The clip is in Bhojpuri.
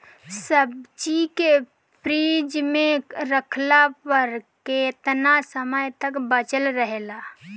सब्जी के फिज में रखला पर केतना समय तक बचल रहेला?